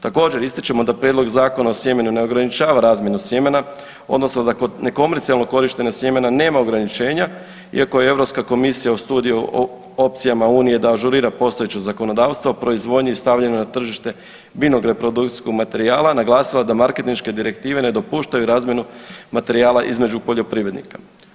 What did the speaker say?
Također ističemo da Prijedlog zakona o sjemenu ne ograničava razmjenu sjemena odnosno da ne komercijalno korištenje sjemena nema ograničenja iako je Europska komisija o studiju o opcijama Unije da ažurira postojeće zakonodavstvo proizvodnji i stavljanje na tržište biljnog reprodukcijskog materijala naglasila da marketinške direktive ne dopuštaju razmjenu materijala između poljoprivrednika.